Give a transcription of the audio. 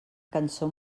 cançó